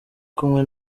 kumwe